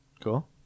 Cool